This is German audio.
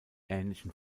ähnlichen